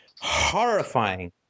horrifying